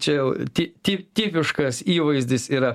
čia jau ti ti tipiškas įvaizdis yra